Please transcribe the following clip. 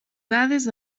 dades